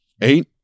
Eight